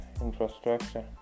infrastructure